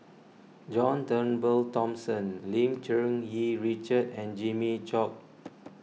John Turnbull Thomson Lim Cherng Yih Richard and Jimmy Chok